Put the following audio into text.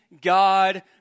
God